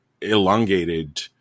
elongated